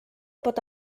pot